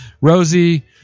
Rosie